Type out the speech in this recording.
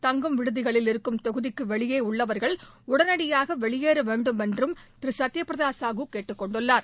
தங்கும் விடுதிகளில் இருக்கும் தொகுதிக்கு வெளியே உள்ளவர்கள் உடனடியாக வெளியேற வேண்டுமென்றும் திரு சத்யபிரதா சாஹூ கேட்டுக் கொண்டுள்ளார்